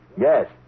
Yes